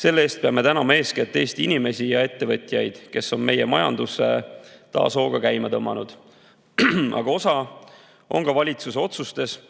Selle eest peame tänama eeskätt Eesti inimesi ja ettevõtjaid, kes on meie majanduse taas hooga käima tõmmanud. Aga oma osa on ka valitsusel,